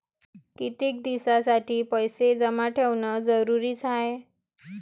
कितीक दिसासाठी पैसे जमा ठेवणं जरुरीच हाय?